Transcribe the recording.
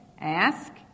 Ask